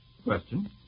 question